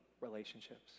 relationships